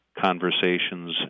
conversations